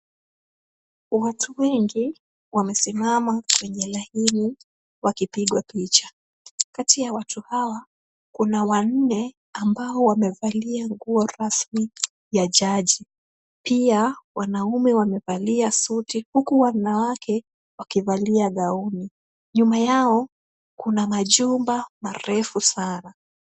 Watu wengi wamesimama kwenye line wakipigwa picha. Kati ya watu hawa, kuna wanne ambao wamevalia nguo rasmi ya jaji. Pia wanaume wamevalia suti, huku wanawake wakivalia gauni. Nyuma yao kuna majumba marefu sana.